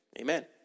amen